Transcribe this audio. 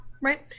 right